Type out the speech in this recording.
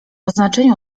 oznaczeniu